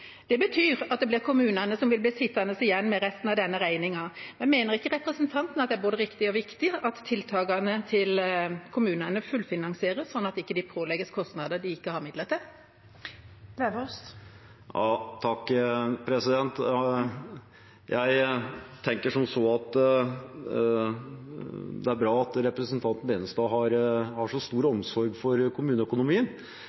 Det betyr at det er kommunene som vil bli sittende igjen med resten av denne regningen. Mener ikke representanten at det er både riktig og viktig at tiltakene til kommunene fullfinansieres, slik at de ikke pålegges kostnader de ikke har midler til? Det er bra at representanten Benestad har så